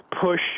push